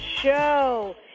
show